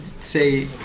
say